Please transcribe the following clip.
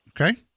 Okay